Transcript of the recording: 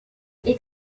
est